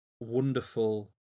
wonderful